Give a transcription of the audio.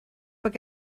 bod